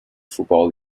football